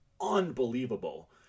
unbelievable